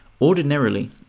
Ordinarily